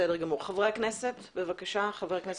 חברי הכנסת, בבקשה.